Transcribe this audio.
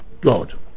God